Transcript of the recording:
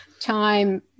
Time